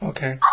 Okay